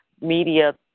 media